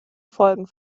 folgen